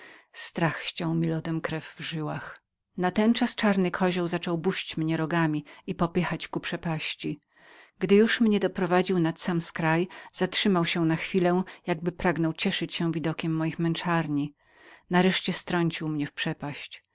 strach ściął mi lodem krew w żyłach natenczas czarny kozioł zaczął bić mnie rogami i zwracać ku przepaści gdy już mnie tam doprowadził zatrzymał się na chwilę jakby pragnął cieszyć się widokiem moich męczarń nareszcie strącił mnie w przepaść